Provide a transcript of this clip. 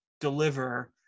deliver